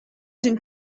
d’une